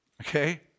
okay